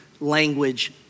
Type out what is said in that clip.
language